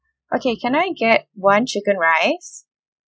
okay can I get one chicken rice